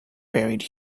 buried